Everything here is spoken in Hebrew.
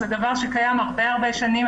זה דבר שקיים הרבה הרבה שנים.